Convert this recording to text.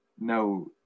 no